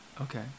Okay